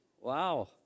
Wow